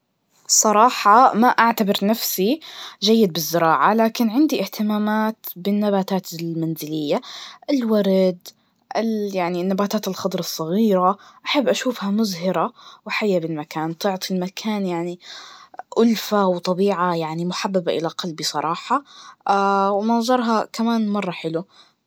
صراحة ما أعتبر نفسي جيد بالزراعة, لكن عندي إهتمامات بالنباتات المنزلية, الورد, ال- يعني النباتات الخضرا الصغيرة, أحب أشوفها مزهرة, وحية بالمكان, تعطي المكان يعني ألفة وطبيعة محببة إلى قلبي صراحة, ومنظرها كمان مرة حلو.